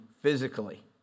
physically